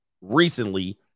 recently